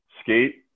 skate